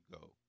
go